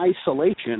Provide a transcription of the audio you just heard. isolation